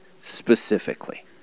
specifically